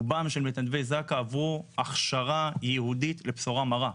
רובם של מתנדבי זק"א עברו הכשרה ייעודית בבשורה מרה.